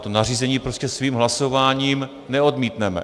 To nařízení prostě svým hlasováním neodmítneme.